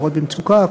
נערות במצוקה,